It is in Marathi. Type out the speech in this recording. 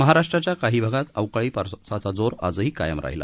महाराष्ट्राच्या काही भागात अवकाळी पावसाचा जोर आजही कायम राहिला